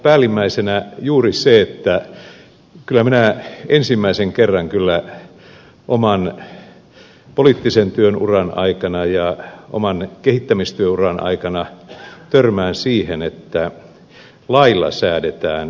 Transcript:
päällimmäisenä on juuri se että kyllä minä ensimmäisen kerran oman poliittisen työurani aikana ja oman kehittämistyöurani aikana törmään siihen että lailla säädetään kehittämisestä